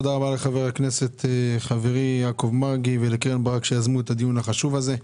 ותודה לחברי הכנסת יעקב מרגי וקרן ברק על שיזמו את הדיון החשוב הזה.